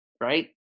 right